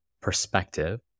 perspective